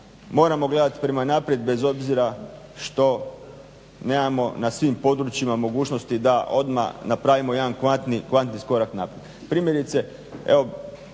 Moramo gledati prema naprijed bez obzira što nemamo na svim područjima mogućnosti da odmah napravimo jedan kvantni korak naprijed.